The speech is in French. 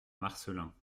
marcelin